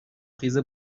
خیز